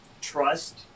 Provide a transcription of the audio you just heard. trust